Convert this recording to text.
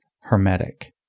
Hermetic